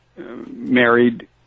married